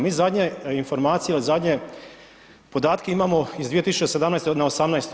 Mi zadnje informacije, zadnje podatke imamo iz 2017. na 2018.